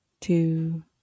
two